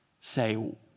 say